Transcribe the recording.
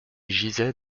gisait